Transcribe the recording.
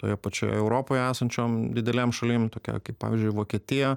toje pačioje europoje esančiom didelėm šalim tokia kaip pavyzdžiui vokietija